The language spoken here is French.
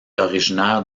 originaire